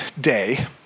day